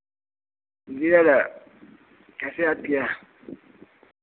जी दादा कैसे याद किया